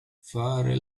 fare